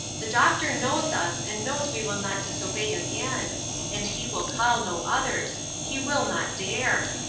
the doctor knows us, and knows we will not disobey again and he will call no others. he will not dare!